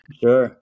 sure